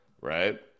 right